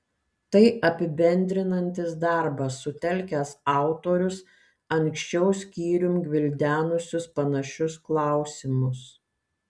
tai apibendrinantis darbas sutelkęs autorius anksčiau skyrium gvildenusius panašius klausimus